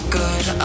good